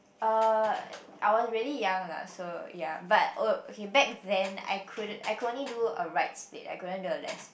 uh I was really young lah so ya but oh okay back then I couldn't I could only do a right split I couldn't do a left split